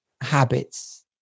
habits